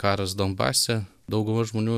karas donbase dauguma žmonių